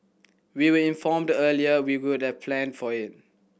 we were informed earlier we would have planned for it